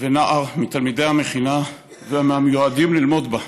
ונער מתלמידי המכינה ומהמיועדים ללמוד בה.